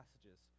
passages